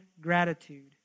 gratitude